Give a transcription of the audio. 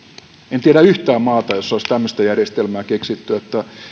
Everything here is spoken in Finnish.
en tiedä yhtään maata jossa olisi tämmöistä järjestelmää keksitty että